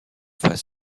face